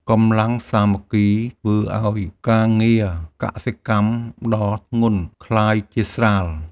កម្លាំងសាមគ្គីធ្វើឱ្យការងារកសិកម្មដ៏ធ្ងន់ក្លាយជាស្រាល។